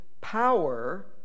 power